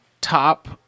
top